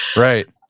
right?